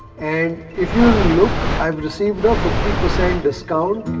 and if you look, i've received a fifty percent discount.